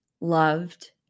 loved